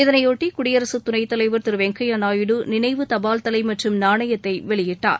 இதனைபொட்டிகுடியரசுத் துணைத்தலைவர் திருவெங்கையாநாயுடு நினைவு தபால்தலைமற்றும் நாணயத்தைவெளியிட்டார்